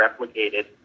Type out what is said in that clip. replicated